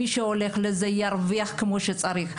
מי שהולך לזה ירוויח כמו שצריך,